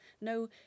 No